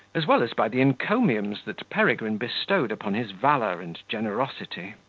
as well as by the encomiums that peregrine bestowed upon his valour and generosity.